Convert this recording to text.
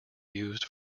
used